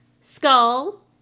Skull